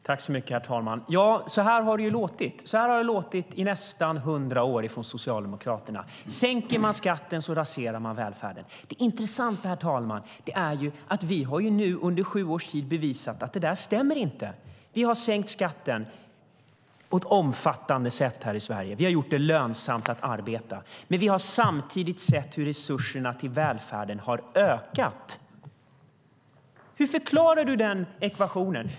Herr talman! Så har det låtit i nästan hundra år från Socialdemokraterna. Sänker man skatten så raserar man välfärden. Det intressanta, herr talman, är att vi under sju års tid har bevisat att det inte stämmer. Vi har sänkt skatten på ett omfattande sätt i Sverige. Vi har gjort det lönsamt att arbeta. Samtidigt har vi sett hur resurserna till välfärden har ökat. Hur förklarar Peter Persson den ekvationen?